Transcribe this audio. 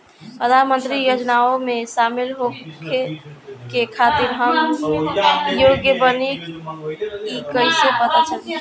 प्रधान मंत्री योजनओं में शामिल होखे के खातिर हम योग्य बानी ई कईसे पता चली?